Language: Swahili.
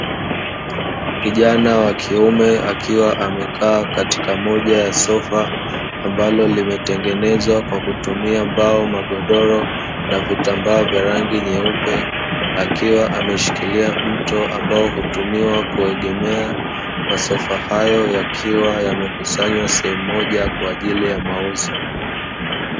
Kijana wa kiume akiwa amekaa katika moja ya sofa, ambalo limetengenezwa kwa kutumia mbao magodoro na vitambaa vya rangi nyeupe, akiwa ameshikilia mto ambao hutumiwa kuegemea masofa hayo yakiwa yamekusanywa sehemu moja kwa ajili ya mauzo.